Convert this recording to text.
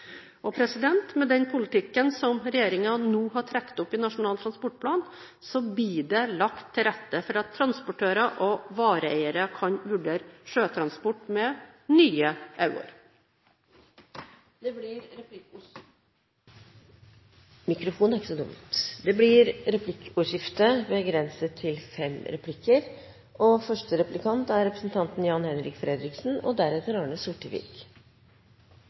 Med den politikken som regjeringen nå har trukket opp i Nasjonal transportplan, blir det lagt til rette for at transportører og vareeiere kan vurdere sjøtransport med nye øyne. Det blir replikkordskifte. Det er godt å se at kyst- og fiskeriministeren endelig har tatt inn over seg, og